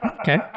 Okay